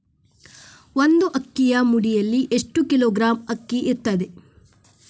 ಒಂದು ಅಕ್ಕಿಯ ಮುಡಿಯಲ್ಲಿ ಎಷ್ಟು ಕಿಲೋಗ್ರಾಂ ಅಕ್ಕಿ ಇರ್ತದೆ?